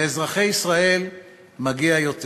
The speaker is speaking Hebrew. לאזרחי ישראל מגיע יותר.